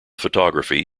photography